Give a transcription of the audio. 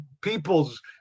peoples